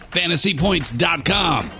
fantasypoints.com